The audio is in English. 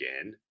Again